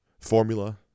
Formula